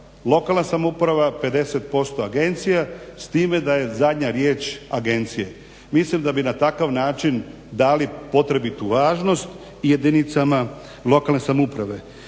lokalna samouprava, 50% agencija s time da je zadnja riječ agencije. Mislim da bi na takav način dali potrebitu važnost jedinicama lokalne samouprave.